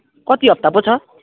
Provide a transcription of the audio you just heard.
कति हप्ता पो छ